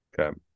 Okay